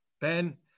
Ben